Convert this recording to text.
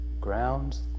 grounds